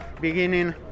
beginning